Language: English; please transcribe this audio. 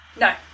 No